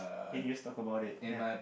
then you just talk about it ya